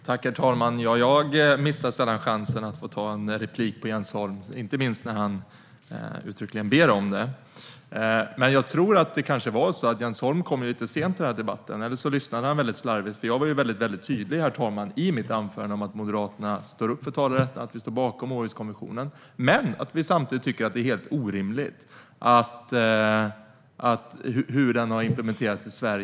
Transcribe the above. Herr talman! Jag missar sällan chansen att begära replik på Jens Holms anförande, inte minst när han uttryckligen ber om det. Men jag tror att Jens Holm kom lite sent till denna debatt, eller så lyssnade han väldigt slarvigt. Jag var nämligen väldigt tydlig, herr talman, i mitt anförande med att vi moderater står upp för talerätten och att vi står bakom Århuskonventionen men att vi samtidigt tycker att det är helt orimligt hur den har implementerats i Sverige.